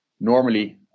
normally